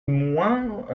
moins